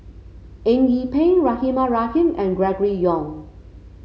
Eng Yee Peng Rahimah Rahim and Gregory Yong